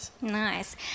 nice